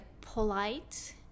polite